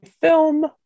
film